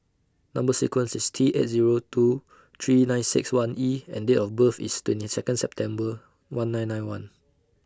Number sequence IS T eight Zero two three nine six one E and Date of birth IS twenty Second September one nine nine one